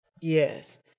Yes